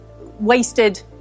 wasted